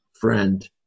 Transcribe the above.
friend